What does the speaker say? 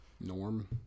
norm